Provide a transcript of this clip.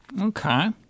Okay